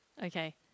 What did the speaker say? Okay